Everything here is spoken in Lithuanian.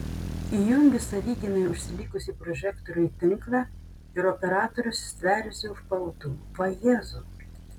įjungiu savigynai užsilikusį prožektorių į tinklą ir operatorius stveriasi už pautų vajezau